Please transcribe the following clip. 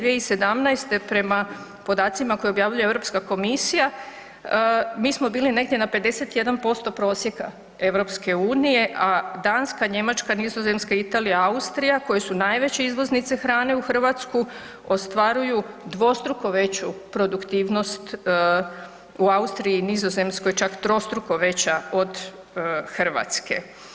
2017. prema podacima koje objavljuje Europska komisija mi smo bili negdje na 51% prosjeka EU, a Danska, Njemačka, Nizozemska, Italija, Austrija koje su najveće izvoznice hrane u Hrvatsku ostvaruju dvostruku veću produktivnost, u Austriji i Nizozemskoj čak trostruko veća od Hrvatske.